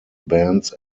bands